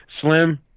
Slim